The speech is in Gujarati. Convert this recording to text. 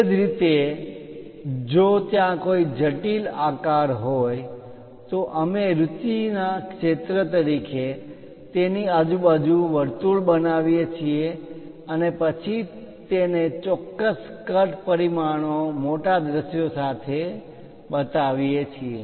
એ જ રીતે જો ત્યાં કોઈ જટિલ આકાર હોય તો અમે રુચિના ક્ષેત્ર તરીકે તેની આજુબાજુ વર્તુળ બનાવીયે છીએ અને પછી તેને ચોક્કસ કટ પરિમાણો મોટા દૃશ્યો સાથે બતાવીએ છીએ